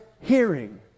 hearing